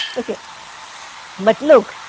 ok but look!